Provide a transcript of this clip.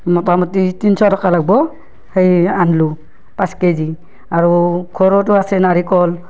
মোটামুটি তিনশ টাকা লাগব সেই আনলু পাঁচ কেজি আৰু ঘৰতো আছে নাৰিকল